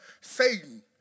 Satan